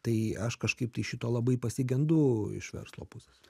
tai aš kažkaip tai šito labai pasigendu iš verslo pusės